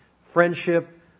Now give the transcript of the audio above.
friendship